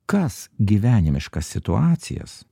kas gyvenimiškas situacijas